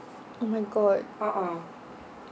oh my god